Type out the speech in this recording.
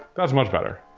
that's much better.